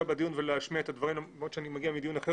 בדיון ולהשמיע את הדברים למרות שאני מגיע מדיון אחר